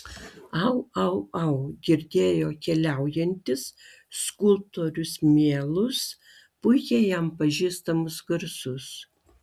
au au au girdėjo keliaujantis skulptorius mielus puikiai jam pažįstamus garsus